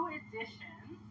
editions